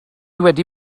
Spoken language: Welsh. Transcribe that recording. wedi